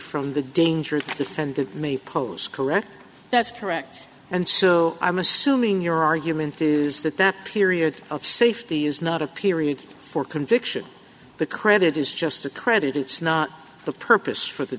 from the danger the friend the may pose correct that's correct and so i'm assuming your argument is that that period of safety is not a period for conviction the credit is just a credit it's not the purpose for the